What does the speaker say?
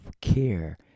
care